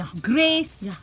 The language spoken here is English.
grace